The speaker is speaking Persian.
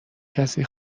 کسی